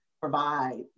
provide